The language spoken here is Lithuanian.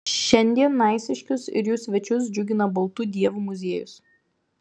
šiandien naisiškius ir jų svečius džiugina baltų dievų muziejus